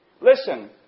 Listen